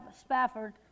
Spafford